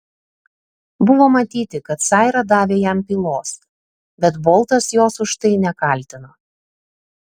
buvo matyti kad saira davė jam pylos bet boltas jos už tai nekaltino